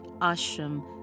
ashram